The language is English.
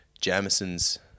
Jamison's